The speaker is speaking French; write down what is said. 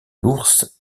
l’ours